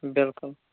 بِلکُل